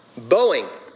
Boeing